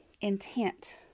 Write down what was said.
intent